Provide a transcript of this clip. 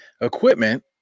equipment